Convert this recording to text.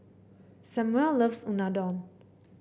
Samual loves Unadon